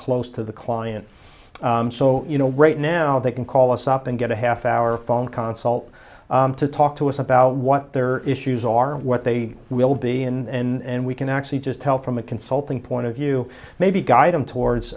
close to the client so you know right now they can call us up and get a half hour phone console to talk to us about what their issues are what they will be in we can actually just help from a consulting point of view maybe guide them towards